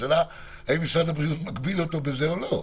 השאלה היא האם משרד הבריאות מגביל אותו בכך או לא.